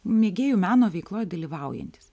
mėgėjų meno veikloj dalyvaujantys